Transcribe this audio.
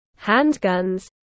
handguns